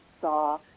saw